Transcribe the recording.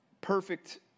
perfect